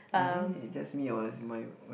is it just me or is my